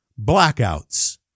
Blackouts